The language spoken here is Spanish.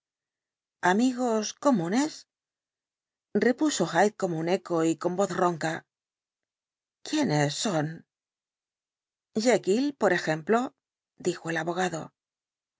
amigos comunes repuso hyde como un eco y con voz ronca quiénes son jekyll por ejemplo dijo el abogado